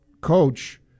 coach